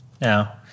Now